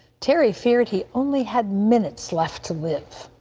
terry feared he only had minutes left to live.